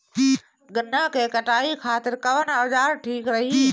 गन्ना के कटाई खातिर कवन औजार ठीक रही?